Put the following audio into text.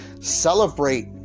celebrate